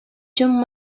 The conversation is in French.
john